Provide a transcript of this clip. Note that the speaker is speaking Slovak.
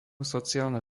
sociálne